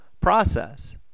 process